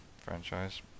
franchise